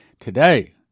today